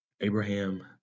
Abraham